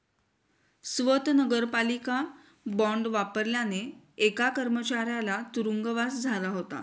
स्वत नगरपालिका बॉंड वापरल्याने एका कर्मचाऱ्याला तुरुंगवास झाला होता